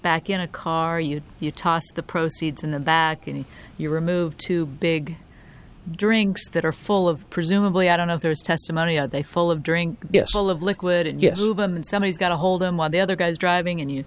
back in a car you you toss the proceeds in the back and you remove two big drinks that are full of presumably i don't know if there is testimony are they full of during all of liquid and yes and somebody's got to hold them while the other guys driving and you